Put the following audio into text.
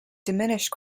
diminished